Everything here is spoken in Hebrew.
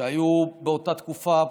שהיו באותה תקופה,